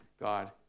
God